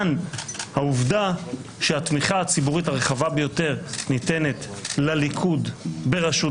מכאן העובדה שהתמיכה הציבורית הרחבה ביותר ניתנת לליכוד בראשות